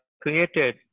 created